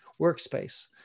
workspace